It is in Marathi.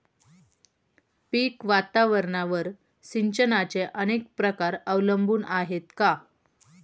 पीक वातावरणावर सिंचनाचे अनेक प्रकार अवलंबून आहेत का?